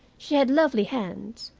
she had lovely hands,